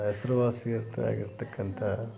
ಹೆಸ್ರು ವಾಸಿ ಇರ್ತ ಆಗಿರ್ತಕ್ಕಂಥ